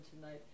tonight